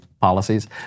policies